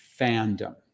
fandom